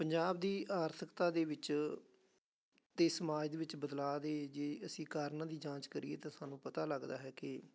ਪੰਜਾਬ ਦੀ ਆਰਥਿਕਤਾ ਦੇ ਵਿੱਚ ਅਤੇ ਸਮਾਜ ਦੇ ਵਿੱਚ ਬਦਲਾਅ ਦੇ ਜੇ ਅਸੀਂ ਕਾਰਨਾਂ ਦੀ ਜਾਂਚ ਕਰੀਏ ਤਾਂ ਸਾਨੂੰ ਪਤਾ ਲੱਗਦਾ ਹੈ ਕਿ